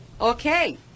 Okay